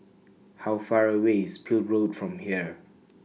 How Far away IS Peel Road from here